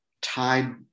tied